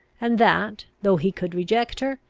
and that, though he could reject her,